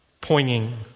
pointing